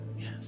Yes